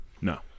No